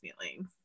feelings